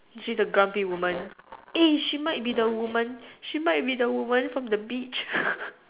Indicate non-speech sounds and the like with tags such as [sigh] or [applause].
see the grumpy woman eh she might be the woman she might be the woman from the beach [laughs]